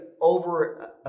over